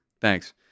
thanks